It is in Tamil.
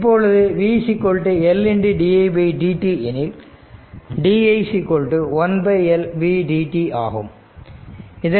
இப்பொழுது v L didt எனில் di 1L v dt ஆகும்